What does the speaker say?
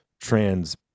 trans